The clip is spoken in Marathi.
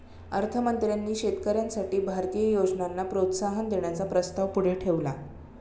अर्थ मंत्र्यांनी शेतकऱ्यांसाठी भारतीय योजनांना प्रोत्साहन देण्याचा प्रस्ताव पुढे ठेवला